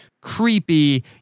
creepy